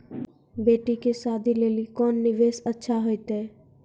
बेटी के शादी लेली कोंन निवेश अच्छा होइतै?